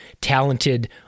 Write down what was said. talented